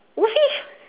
woofie